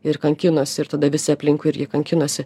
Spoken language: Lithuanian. ir kankinosi ir tada visi aplinkui irgi kankinosi